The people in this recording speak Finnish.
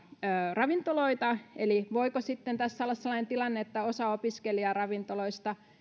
ravintoloita eli voiko tässä olla sellainen tilanne että osa opiskelijaravintoloista